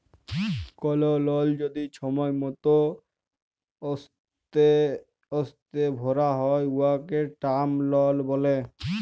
call লল যদি ছময় মত অস্তে অস্তে ভ্যরা হ্যয় উয়াকে টার্ম লল ব্যলে